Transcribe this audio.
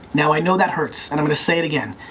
now, i know that hurts, and i'm going to say it again.